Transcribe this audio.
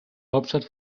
hauptstadt